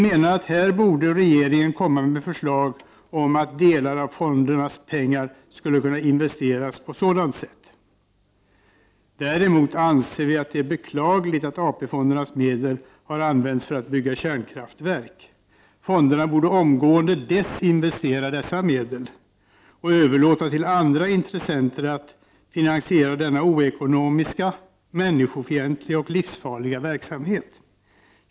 Regeringen borde komma med förslag om att delar av fondernas pengar skulle kunna investeras i sådana fonder. s Det är beklagligt att AP-fondernas medel har använts för att bygga kärnkraftverk. Fonderna borde omgående desinvestera dessa medel och överlåta till andra intressenter att finansiera denna oekonomiska, människofientliga och livsfarliga verksamhet.